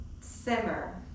simmer